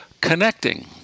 connecting